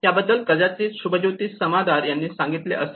याबद्दल कदाचित शुभज्योती समादार यांनी सांगितले असेल